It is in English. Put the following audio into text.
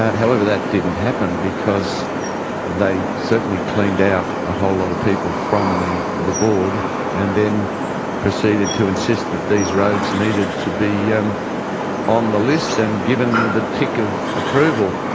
however, that didn't happen because they certainly cleaned out a whole lot of people from the the board and then proceeded to insist that these roads needed to be yeah um on the list and given the tick of approval.